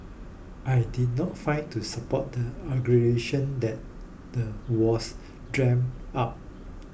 I did not find to support the allegation that the was dreamt up